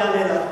אני אענה לך.